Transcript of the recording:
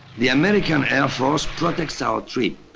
the american air force protects our trip.